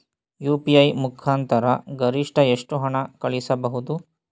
UPI ಮುಖಾಂತರ ಗರಿಷ್ಠ ಎಷ್ಟು ಹಣ ಕಳಿಸಬಹುದು?